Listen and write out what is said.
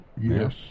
Yes